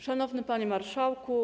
Szanowny Panie Marszałku!